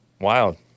Wild